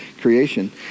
creation